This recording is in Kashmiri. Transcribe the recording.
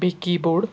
بیٚیہِ کیٖبورڈ